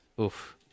Oof